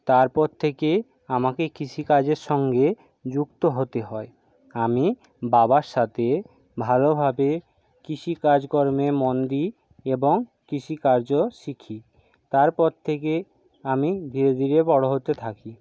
তারপর থেকে আমাকে কৃষি কাজের সঙ্গে যুক্ত হতে হয় আমি বাবার সাথে ভালোভাবে কৃষি কাজকর্মে মন দিই এবং কৃষি কার্য শিখি তারপর থেকে আমি ধীরে ধীরে বড়ো হতে থাকি